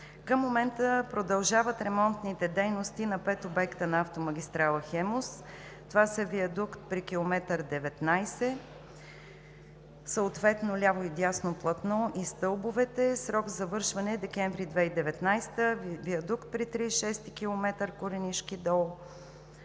Към момента продължават ремонтните дейности на пет обекта на автомагистрала „Хемус“: - виадукт при км 19, съответно ляво и дясно платно и стълбовете, срок за завършване – декември 2019 г.; - виадукт при 36-и км – „Коренишки дол“,